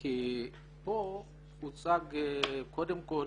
כי פה הוצג קודם כל